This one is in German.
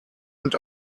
und